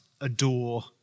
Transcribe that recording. adore